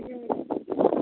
हूँ